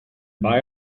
buy